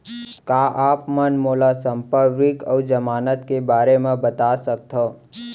का आप मन मोला संपार्श्र्विक अऊ जमानत के बारे म बता सकथव?